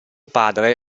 padre